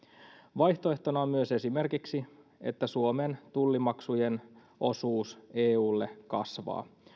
vaihtoehtona on myös esimerkiksi että suomen tullimaksujen osuus eulle kasvaa